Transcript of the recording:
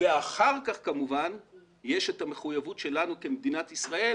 ואחר כך כמובן יש את המחויבות שלנו כמדינת ישראל